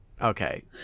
Okay